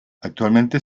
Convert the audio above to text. actualmente